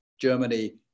Germany